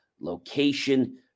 location